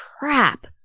crap